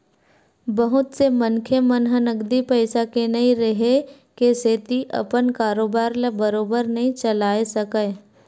बहुत से मनखे मन ह नगदी पइसा के नइ रेहे के सेती अपन कारोबार ल बरोबर नइ चलाय सकय